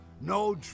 No